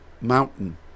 mountain